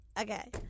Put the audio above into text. Okay